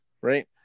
right